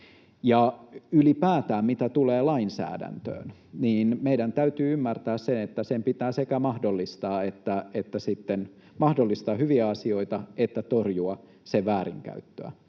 Ja ylipäätään mitä tulee lainsäädäntöön, meidän täytyy ymmärtää se, että sen pitää sekä mahdollistaa hyviä asioita että torjua sen väärinkäyttöä.